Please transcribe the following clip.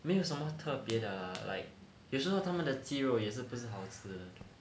没有什么特别的啦 like 有时候它们的鸡肉也不是好吃的